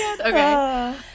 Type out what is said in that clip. okay